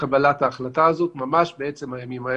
לקבלת ההחלטה הזו ממש בעצם הימים האלו.